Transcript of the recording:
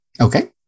Okay